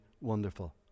wonderful